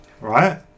right